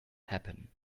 happen